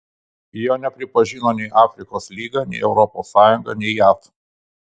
jo nepripažino nei afrikos lyga nei europos sąjunga nei jav